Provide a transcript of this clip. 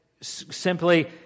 simply